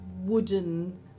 wooden